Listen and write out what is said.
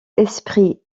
esprit